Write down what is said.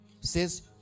says